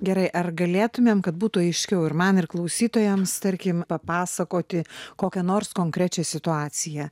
gerai ar galėtumėm kad būtų aiškiau ir man ir klausytojams tarkim papasakoti kokią nors konkrečią situaciją